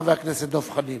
חבר הכנסת דב חנין,